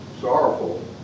sorrowful